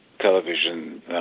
television